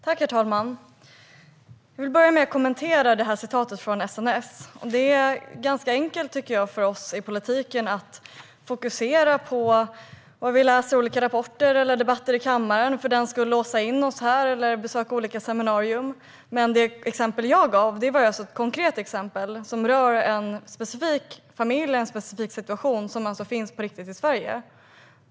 Herr talman! Jag vill börja med att kommentera citatet från SNS. Det är ganska enkelt, tycker jag, för oss i politiken att fokusera på vad vi läser i olika rapporter eller på debatter i kammaren. Vi kan låsa in oss här eller besöka olika seminarier. Men det exempel jag gav var ett konkret exempel som rör en specifik familj och en specifik situation. Det finns alltså på riktigt i Sverige.